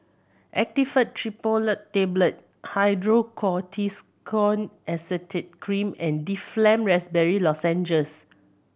Actifed Triprolidine Tablet Hydrocortisone Acetate Cream and Difflam Raspberry Lozenges